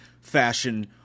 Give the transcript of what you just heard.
fashion